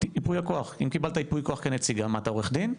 אתה עורך דין?